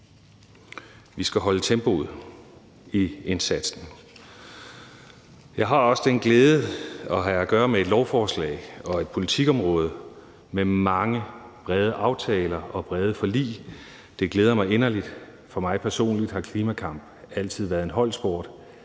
Vi skal holde tempoet i indsatsen. Jeg har den glæde at have at gøre med et lovforslag og politikområde med mange brede aftaler og brede forlig. Det glæder mig inderligt. For mig personligt har klimakampen altid været en holdsport;